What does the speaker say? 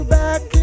back